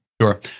Sure